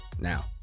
Now